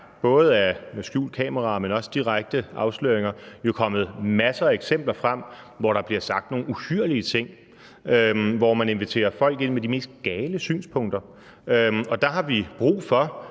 både med skjult kamera, men også ved direkte afsløringer kommet masser af eksempler frem, hvor der bliver sagt nogle uhyrlige ting, hvor man inviterer folk ind med de mest gale synspunkter. Det har vi brug for